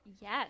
Yes